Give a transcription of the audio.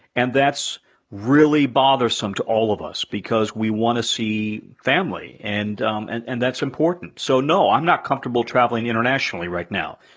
and that's really bothersome to all of us, because we want to see family. and um and and that's important. so no, i'm not comfortable traveling internationally right now.